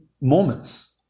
moments